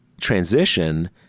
transition